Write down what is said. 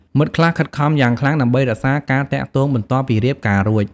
មិត្តខ្លះខិតខំយ៉ាងខ្លាំងដើម្បីរក្សាការទាក់ទងបន្ទាប់ពីរៀបការរួច។